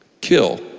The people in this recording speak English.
kill